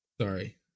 Sorry